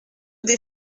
des